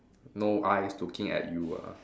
no eyes looking at you ah